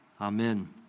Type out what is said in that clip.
amen